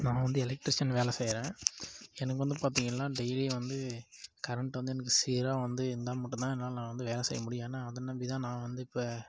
நான் வந்து எலெக்ட்ரிஷன் வேலை செய்றேன் எனக்கு வந்து பார்த்திங்கள்னா டெய்லியும் வந்து கரண்ட் வந்து எனக்கு சீராக வந்து இருந்தா மட்டுந்தான் என்னால் வந்து வேலை செய்ய முடியும் ஏன்னா அதை நம்பி தான் நான் வந்து இப்போ